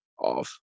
off